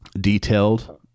detailed